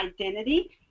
identity